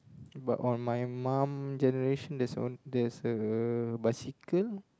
but on my mum generation there's on there's a bicycle